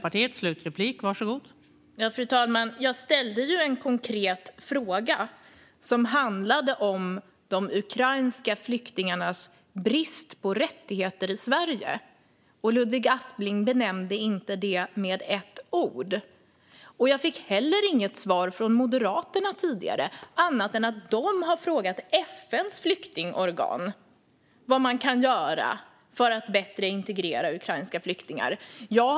Fru talman! Jag ställde en konkret fråga som handlade om de ukrainska flyktingarnas brist på rättigheter i Sverige, och Ludvig Aspling nämnde inte det med ett ord. Jag fick heller inget svar från Moderaterna tidigare, annat än att de har frågat FN:s flyktingorgan vad man kan göra för att integrera ukrainska flyktingar bättre.